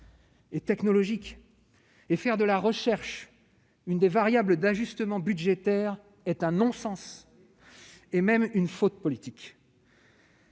et technologique. Faire de la recherche l'une des variables d'ajustement budgétaire est un non-sens, et même une faute politique